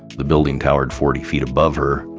the building towered forty feet above her,